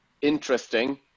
interesting